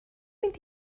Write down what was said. mynd